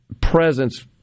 presence